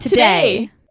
Today